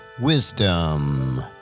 wisdom